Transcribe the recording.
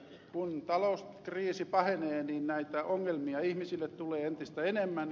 kun talouskriisi pahenee näitä ongelmia ihmisille tulee entistä enemmän